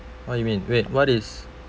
what you mean wait what is